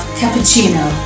cappuccino